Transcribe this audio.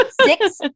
Six